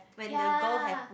ya